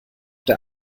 der